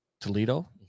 toledo